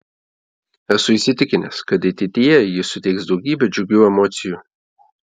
esu įsitikinęs kad ateityje ji suteiks daugybę džiugių emocijų